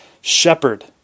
Shepherd